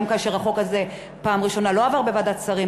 גם כאשר החוק הזה בפעם הראשונה לא עבר בוועדת שרים,